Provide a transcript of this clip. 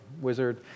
wizard